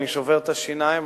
אני שובר את השיניים,